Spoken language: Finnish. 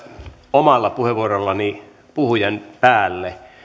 omalla puheenvuorollani puhujan päälle